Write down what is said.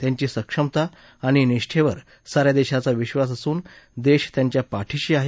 त्यांची सक्षमता आणि निष्ठेवर साऱ्या देशाचा विश्वास असून देश त्यांच्या पाठीशी आहे